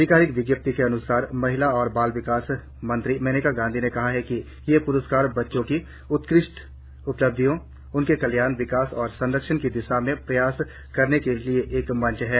अधिकारिक विज्ञप्ति के अनुसार महिला और बाल विकास मंत्री मेनका गांधी ने कहा है कि ये प्रस्कार बच्चों की उत्कृष्ट उपलब्धियोंउनके कल्याण विकास और संरक्षण की दिशा में प्रयास करने के लिए एक मंच है